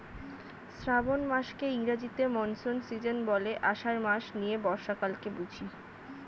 শ্রাবন মাসকে ইংরেজিতে monsoon season বলে, আষাঢ় মাস নিয়ে বর্ষাকালকে বুঝি